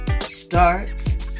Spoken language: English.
starts